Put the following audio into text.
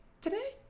today